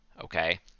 Okay